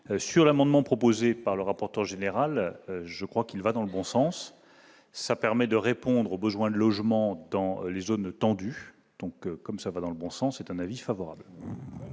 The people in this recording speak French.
sur l'amendement proposé par le rapporteur général, je crois qu'il va dans le bon sens, ça permet de répondre aux besoins de logements dans les zones tendues donc comme ça va dans le bon sens, c'est un avis favorable.